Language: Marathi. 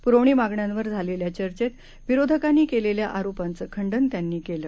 प्रवणी मागण्यांवर झालेल्या चर्चेत विरोधकांनी केलेल्या आरोपांचं खंडन त्यांनी केलं